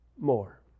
more